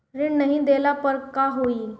ऋण नही दहला पर का होइ?